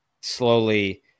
slowly